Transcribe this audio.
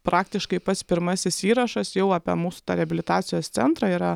praktiškai pats pirmasis įrašas jau apie mūsų tą reabilitacijos centrą yra